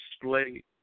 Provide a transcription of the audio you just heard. display